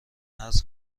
عرض